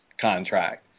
contract